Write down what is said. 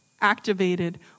activated